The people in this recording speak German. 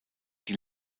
die